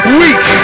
weak